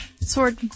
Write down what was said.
Sword